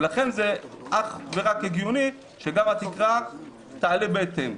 ולכן זה אך ורק הגיוני שגם התקרה תעלה בהתאם.